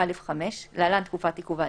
5(א)(5) (להלן, תקופת עיכוב ההליכים),